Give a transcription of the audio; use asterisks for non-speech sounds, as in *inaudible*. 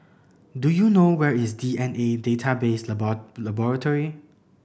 do you know where is D N A Database *unintelligible* Laboratory